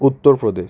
Uttar Pradesh